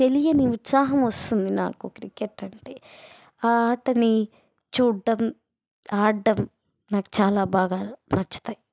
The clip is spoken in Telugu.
తెలియని ఉత్సాహము వస్తుంది నాకు క్రికెట్ అంటే ఆ ఆటని చూడ చూడడం ఆడడం నాకు చాలా బాగా నచ్చుతాయి